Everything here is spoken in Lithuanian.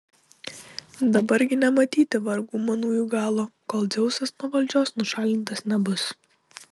dabar gi nematyti vargų manųjų galo kol dzeusas nuo valdžios nušalintas nebus